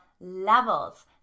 levels